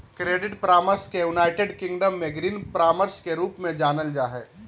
credit परामर्श के United Kingdom में ऋण परामर्श के रूप में जानल जा हइ